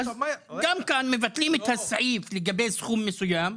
גם כאן מבטלים את הסעיף לגבי סכום מסוים,